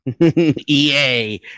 EA